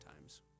times